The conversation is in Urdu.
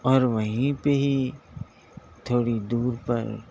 اور وہیں پہ ہی تھوڑی دور پر